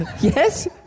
Yes